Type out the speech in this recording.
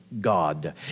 God